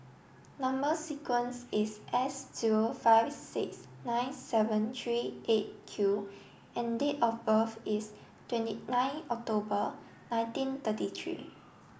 number sequence is S zero five six nine seven three eight Q and date of birth is twenty nine October nineteen thirty three